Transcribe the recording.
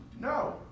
No